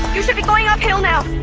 you should be going uphill now!